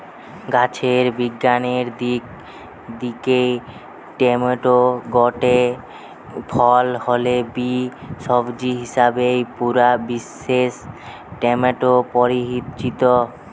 গাছের বিজ্ঞানের দিক দিকি টমেটো গটে ফল হলে বি, সবজি হিসাবেই পুরা বিশ্বে টমেটো পরিচিত